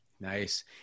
Nice